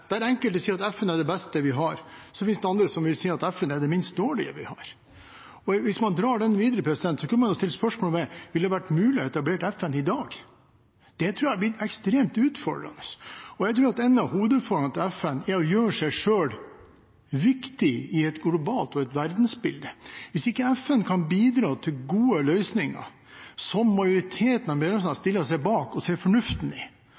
Der enkelte sier at FN er det beste vi har, finnes det andre som vil si at FN er det minst dårlige vi har. Hvis man drar den videre, kunne man jo stilt spørsmål ved om det ville vært mulig å etablere FN i dag. Det tror jeg hadde blitt ekstremt utfordrende. Jeg tror en av hovedutfordringene til FN er å gjøre seg selv viktig i et globalt bilde og et verdensbilde. Hvis ikke FN kan bidra til gode løsninger som majoriteten av medlemslandene stiller seg bak og ser fornuften i,